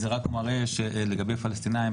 זה רק מראה שלגבי הפלסטינים,